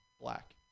black